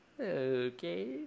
okay